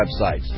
websites